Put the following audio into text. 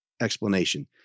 explanation